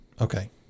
Okay